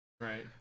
right